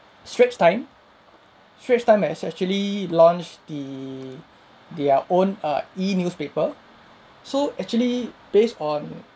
straits time straits time has actually launched the their own err e-newspaper so actually based on